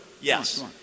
Yes